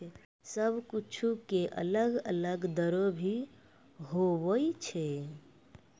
सब कुछु के अलग अलग दरो भी होवै छै